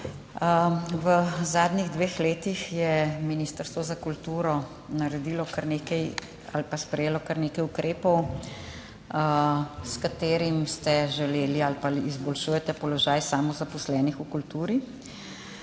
V zadnjih dveh letih je Ministrstvo za kulturo sprejelo kar nekaj ukrepov, s katerimi ste želeli ali pa izboljšujete položaj samozaposlenih v kulturi.